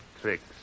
tricks